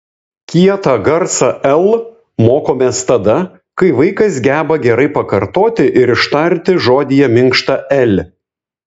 kietą garsą l mokomės tada kai vaikas geba gerai pakartoti ir ištarti žodyje minkštą l